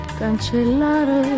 cancellare